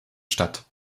stadt